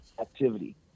activity